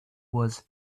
was